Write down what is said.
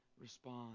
respond